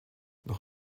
noch